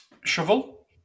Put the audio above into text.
Shovel